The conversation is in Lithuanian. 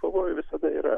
pavojų visada yra